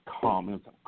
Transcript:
comments